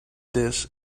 this